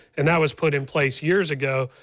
and that was put in place years ago.